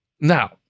Now